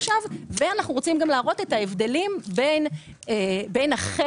ואנחנו גם רוצים להראות את ההבדלים בין החלק